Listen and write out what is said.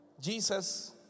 Jesus